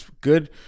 good